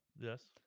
Yes